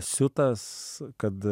siutas kad